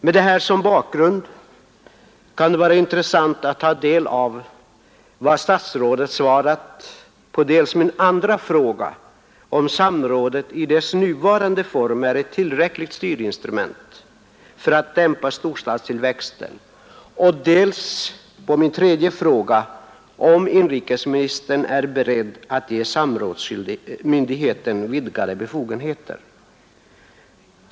Med detta som bakgrund kan det vara intressant att ta del av vad statsrådet svarat på dels min andra fråga, huruvida samrådet i dess nuvarande form är ett tillräckligt styrinstrument för att dämpa storstadstillväxten, dels min tredje fråga, om statsrådet är beredd att ge samrådsmyndigheten vidgade befogenheter.